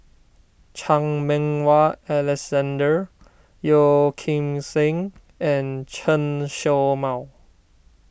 Chan Meng Wah Alexander Yeo Kim Seng and Chen Show Mao